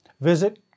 visit